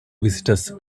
visitors